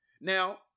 Now